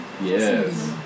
Yes